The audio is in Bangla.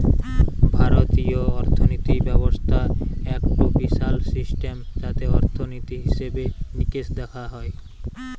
ভারতীয় অর্থিনীতি ব্যবস্থা একটো বিশাল সিস্টেম যাতে অর্থনীতি, হিসেবে নিকেশ দেখা হয়